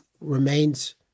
remains